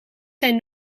zijn